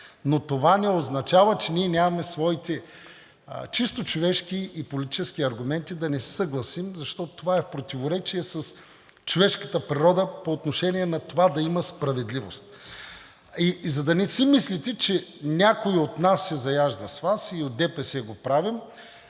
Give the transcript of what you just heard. но това не означава, че ние нямаме своите чисто човешки и политически аргументи да не се съгласим, защото това е в противоречие с човешката природа по отношение на това да има справедливост. За да не си мислите, че някой от нас се заяжда с Вас и от ДПС го правим,